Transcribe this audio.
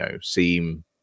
seem